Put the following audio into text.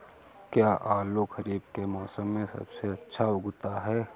क्या आलू खरीफ के मौसम में सबसे अच्छा उगता है?